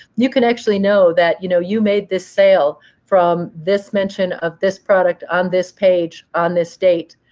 you can actually know that you know you made this sale from this mention of this product on this page on this date,